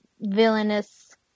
villainous